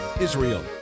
Israel